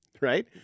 right